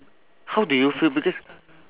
how did you feel because